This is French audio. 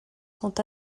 sont